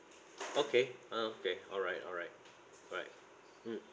okay okay alright alright alright mm